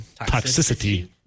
Toxicity